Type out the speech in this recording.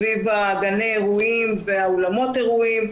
סביב גני האירועים ואולמות האירועים,